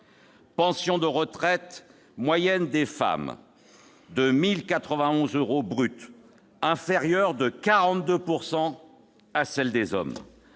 pension de retraite moyenne des femmes, 1 091 euros bruts, inférieure de 42 % à celle des hommes.